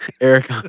Eric